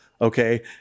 okay